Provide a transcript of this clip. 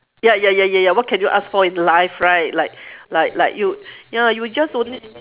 ya ya ya ya ya what can you ask for in life right like like like you ya you just only